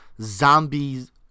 zombies